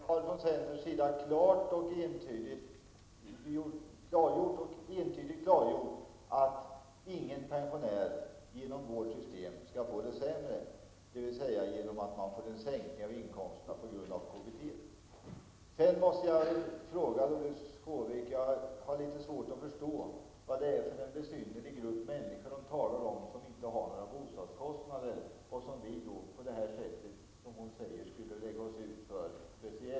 Herr talman! Vi har från centerns sida entydigt klartgjort att ingen pensionär i vårt system skall få det sämre, dvs. en sänkning av sin inkomst på grund av KBT. Jag har svårt att förstå, Doris Håvik, vad det är för en besynnerlig grupp av människor som inte har några bostadskostnader och som vi, enligt Doris Håvik, skulle lägga oss ut för speciellt.